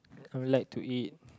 i would like to eat